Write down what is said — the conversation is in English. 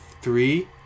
Three